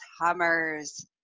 hummers